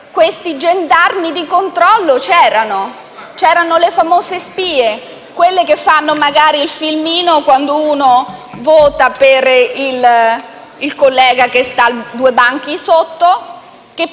questi gendarmi di controllo c'erano. C'erano le famose spie, quelle che fanno magari il filmino quando un senatore vota per il collega che sta due banchi sotto che però,